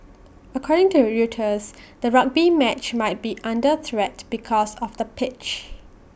according to Reuters the rugby match might be under threat because of the pitch